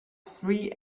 three